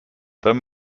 though